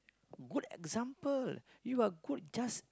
good example you are good just